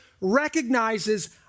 recognizes